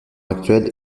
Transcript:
actuel